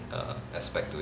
err aspect to